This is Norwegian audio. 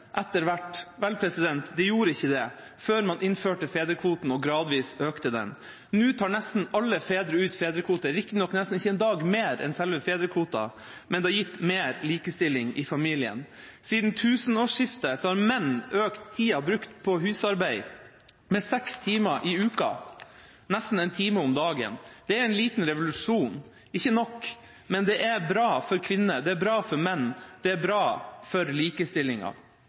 etter hvert. Vel, det gjorde ikke det før man innførte fedrekvoten og gradvis økte den. Nå tar nesten alle fedre ut fedrekvote – riktignok nesten ikke en dag mer enn selve fedrekvoten, men det har gitt mer likestilling i familien. Siden tusenårsskiftet har menn økt tida brukt på husarbeid med seks timer i uka – nesten en time om dagen. Det er en liten revolusjon. Det er ikke nok, men det er bra for kvinner, det er bra for menn, det er bra for likestillinga.